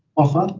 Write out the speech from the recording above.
offer,